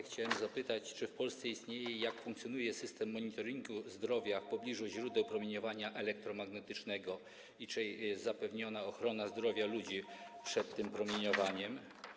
Chciałbym zapytać, czy w Polsce istnieje i jak funkcjonuje system monitoringu zdrowia w pobliżu źródeł promieniowania elektromagnetycznego i czy jest zapewniona ochrona zdrowia ludzi przed tym promieniowaniem?